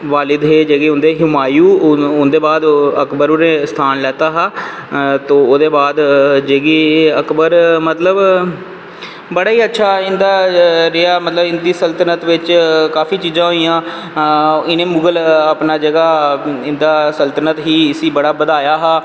बालिद हे उंदे हिमायूं उंदे बाद अकबर होरनें स्थान लैत्ता हा तो ओह्दे बाद अकबर मतलव बड़ा अच्छा इंदा रेहा मतलव इंदी सल्तनत बिच्च काफी चीजां होईयां इनें मुगल जेह्की सल्तनत इसी इनें बधाया हा